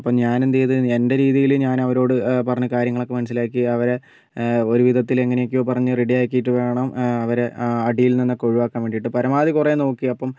അപ്പം ഞാൻ എന്ത് ചെയ്തു എൻ്റെ രീതിയിൽ ഞാൻ അവരോട് പറഞ്ഞ് കാര്യങ്ങളൊക്കെ മനസ്സിലാക്കി അവരെ ഒരു വിധത്തിൽ എങ്ങനെയൊക്കെയോ പറഞ്ഞ് റെഡി ആക്കിയിട്ട് വേണം അവരെ അടിയിൽ നിന്ന് ഒക്കെ ഒഴിവാക്കാൻ വേണ്ടിയിട്ട് പരമാവധി കുറേ നോക്കി അപ്പം